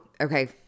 Okay